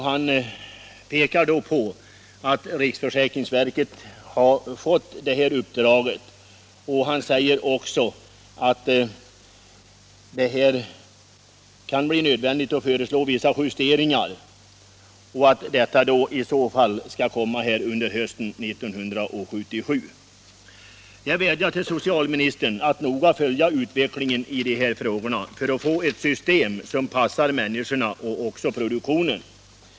Han pekar på att riksförsäkringsverket har fått i uppdrag att följa utvecklingen och nämner att här kan bli nödvändigt att föreslå vissa justeringar och att förslag i så fall skall komma under hösten 1977. Jag vädjar till socialministern att han noga följer utvecklingen i de här frågorna för att få ett system som passar både människorna och produktionen.